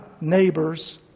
neighbor's